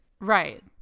Right